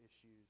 issues